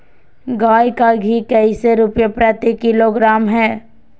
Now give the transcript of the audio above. गाय का घी कैसे रुपए प्रति किलोग्राम है?